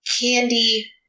candy